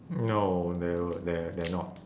no they we~ they're they're not